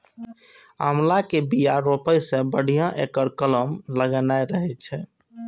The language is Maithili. आंवला के बिया रोपै सं बढ़िया एकर कलम लगेनाय रहै छै